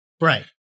Right